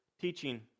teaching